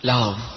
Love